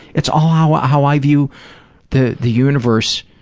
it's all how ah how i view the the universe